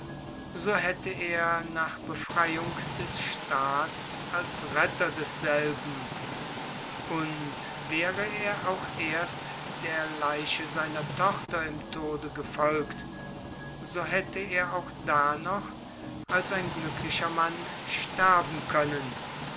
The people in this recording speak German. so hätte er nach befreiung des staats als retter desselben und wäre er auch erst der leiche seiner tochter gefolgt so hätte er auch da noch als ein glücklicher mann sterben können